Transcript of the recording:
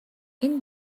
این